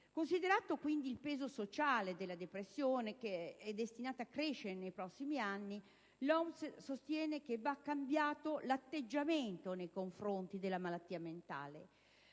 Considerato dunque il peso sociale della depressione, che è destinato a crescere nei prossimi anni, l'OMS sostiene che va cambiato l'atteggiamento nei confronti della malattia mentale: